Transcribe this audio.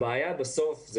הבעיה בסוף,